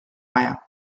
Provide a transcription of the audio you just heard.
vaja